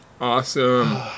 Awesome